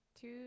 two